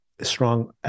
strong